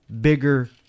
bigger